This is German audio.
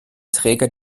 träger